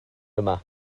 yma